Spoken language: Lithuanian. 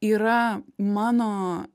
yra mano